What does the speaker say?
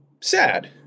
sad